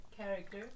character